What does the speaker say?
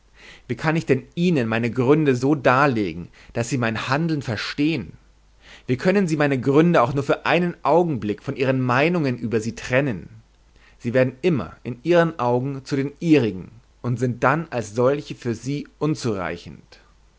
wie kann ich denn ihnen meine gründe so darlegen daß sie mein handeln verstehn wie können sie meine gründe auch nur für einen augenblick von ihren meinungen über sie trennen sie werden immer in ihren augen zu den ihrigen und sind dann als solche für sie unzureichend